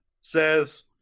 says